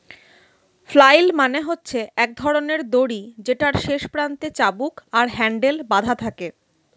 flail মানে হচ্ছে এক ধরণের দড়ি যেটার শেষ প্রান্তে চাবুক আর হ্যান্ডেল বাধা থাকে